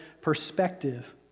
perspective